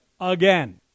again